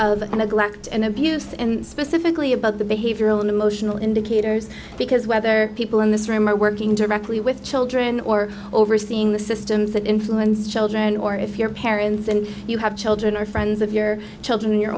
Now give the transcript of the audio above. a glock and abuse and specifically about the behavioral and emotional indicators because whether people in this room are working directly with children or overseeing the systems that influence children or if you're parents and you have children or friends of your children in your